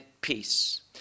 peace